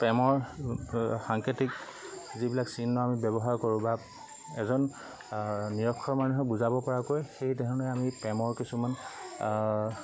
প্ৰেমৰ সাংকেতিক যিবিলাক চিহ্ন আমি ব্যৱহাৰ কৰোঁ বা এজন নিৰক্ষৰ মানুহে বুজাব পৰাকৈ সেইধৰণে আমি প্ৰেমৰ কিছুমান